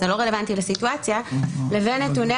זה לא רלוונטי לסיטואציה "לבין נתוני